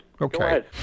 Okay